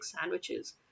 sandwiches